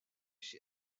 chez